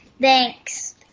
Thanks